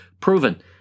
proven